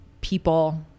people